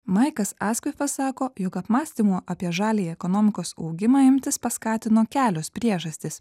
maikas askvifas sako jog apmąstymų apie žaliąją ekonomikos augimą imtis paskatino kelios priežastys